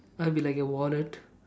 I would be like a wallet